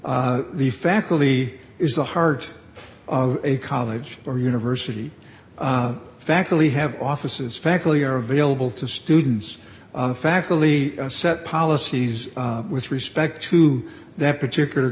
the faculty is the heart of a college or university faculty have offices faculty are available to students faculty set policies with respect to that particular